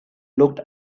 looked